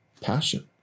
passion